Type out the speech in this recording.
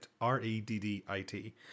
R-E-D-D-I-T